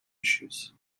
issues